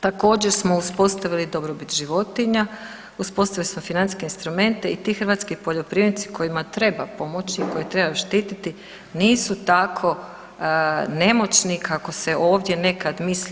Također smo uspostavili dobrobit životinja, uspostavili smo financijske instrumente i ti hrvatski poljoprivrednici kojima treba pomoći i koje treba štititi nisu tako nemoćni kako se ovdje nekad misli.